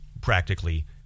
practically